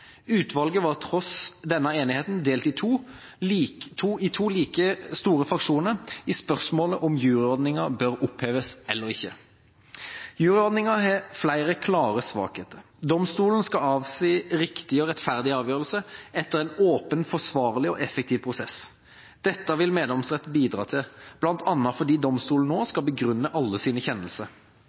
Utvalget var tross denne enigheten delt i to like store fraksjoner i spørsmålet om juryordninga bør oppheves eller ikke. Juryordninga har flere klare svakheter. Domstolen skal avsi riktige og rettferdige avgjørelser etter en åpen, forsvarlig og effektiv prosess. Dette vil meddomsrett bidra til, bl.a. fordi domstolen nå skal begrunne alle sine